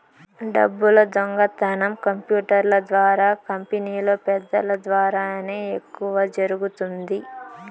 డబ్బులు దొంగతనం కంప్యూటర్ల ద్వారా కంపెనీలో పెద్దల ద్వారానే ఎక్కువ జరుగుతుంది